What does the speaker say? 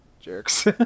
jerks